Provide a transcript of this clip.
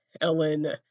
Ellen